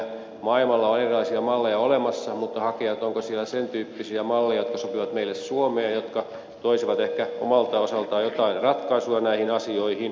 maailmalla on erilaisia malleja olemassa mutta tulisi hakea onko siellä sen tyyppisiä malleja jotka sopivat meille suomeen jotka toisivat ehkä omalta osaltaan joitain ratkaisuja näihin asioihin